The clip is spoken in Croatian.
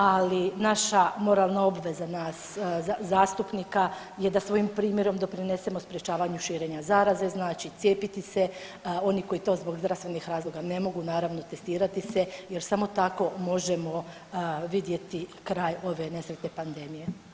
Ali moralna obveza nas zastupnika je da svojim primjerom doprinesemo sprječavanju širenja zaraze, znači cijepiti se, oni koji to zbog zdravstvenih razloga ne mogu naravno testirati se jer samo tako možemo vidjeti kraj ove nesretne pandemije.